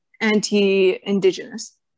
anti-indigenous